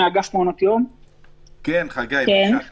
הניסוח המקורי שאותו הציעה